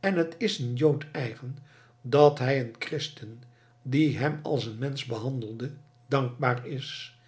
en het is een jood eigen dat hij een christen die hem als mensch behandelde dankbaar is